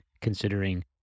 considering